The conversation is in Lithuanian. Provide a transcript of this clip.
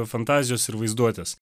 fantazijos ir vaizduotės